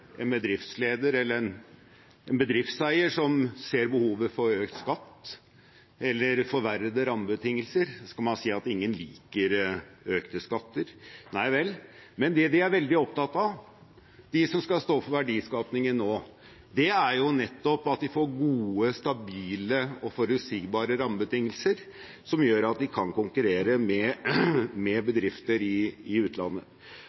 en bedriftsleder eller en bedriftseier som ser behovet for økt skatt eller forverrede rammebetingelser. Så kan man si at ingen liker økte skatter – nei vel. Men det de er veldig opptatt av, de som skal stå for verdiskapingen nå, er nettopp å få gode, stabile og forutsigbare rammebetingelser som gjør at de kan konkurrere med bedrifter i utlandet.